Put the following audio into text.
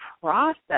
process